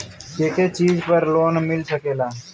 के के चीज पर लोन मिल सकेला?